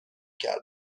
کردم